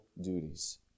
duties